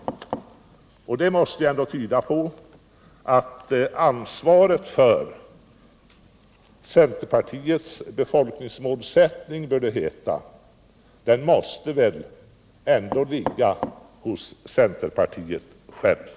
Detta måste väl ändå tyda på att ansvaret för centerpartiets befolkningsmålsättningar ligger hos centerpartiet självt.